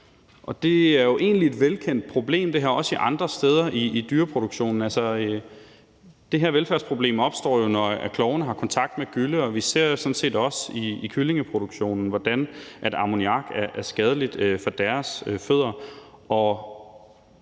Det er jo egentlig et velkendt problem også andre steder i dyreproduktionen. Det her velfærdsproblem opstår jo, når klovene har kontakt med gylle. Vi ser sådan set også i kyllingeproduktionen, hvordan ammoniak er skadelig for deres fødder.